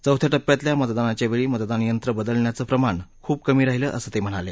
चौथ्या टप्प्यातल्या मतदानाच्यावेळी मतदान यंत्र बदलण्याचं प्रमाण खूप कमी राहिलं असं ते म्हणाले